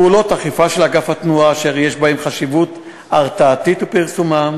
פעולות אכיפה של אגף התנועה אשר יש חשיבות הרתעתית בפרסומן